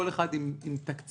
כל אחד עם תקציבו,